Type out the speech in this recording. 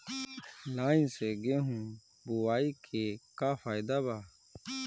Line से गेहूं बोआई के का फायदा बा?